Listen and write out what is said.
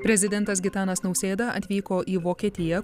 prezidentas gitanas nausėda atvyko į vokietiją